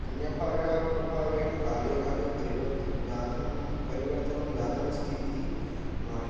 अन्यभाषाप्रभावेण काले काले परिवर्तनं जातं परिवर्तनं जातमस्ति इति मम